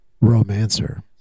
Romancer